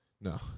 No